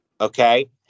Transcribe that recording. okay